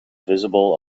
visible